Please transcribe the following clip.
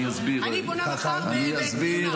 אני פונה מחר בתלונה.